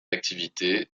activité